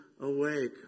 awake